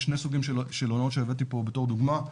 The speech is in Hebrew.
יש שני סוגים של הונאות שהבאתי פה בתור דוגמה,